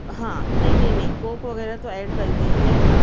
ہاں نہیں نہیں نہیں کوک وغیرہ تو ایڈ کر دیجئے